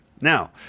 now